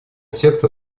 сектор